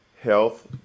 health